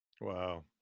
wow